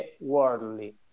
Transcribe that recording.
worldly